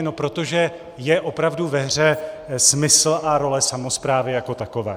No protože je opravdu ve hře smysl a role samosprávy jako takové.